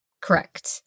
Correct